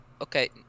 Okay